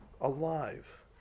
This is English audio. alive